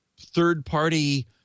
third-party